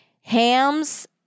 hams